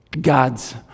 God's